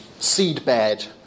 seedbed